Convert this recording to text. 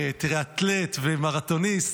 טריאתלט ומרתוניסט,